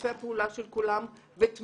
שיתופי הפעולה של כולם ותמיכה.